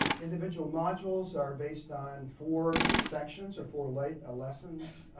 individual modules are based on four sections or four like ah lessons.